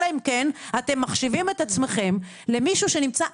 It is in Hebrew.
אלא אם כן אתם מחשיבים את עצמכם למישהו שנמצא